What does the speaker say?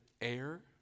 air